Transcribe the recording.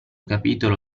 capitolo